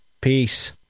Peace